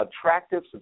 attractive